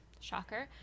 Shocker